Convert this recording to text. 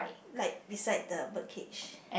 like beside the bird cage